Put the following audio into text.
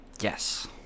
yes